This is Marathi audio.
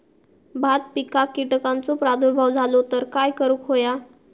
भात पिकांक कीटकांचो प्रादुर्भाव झालो तर काय करूक होया?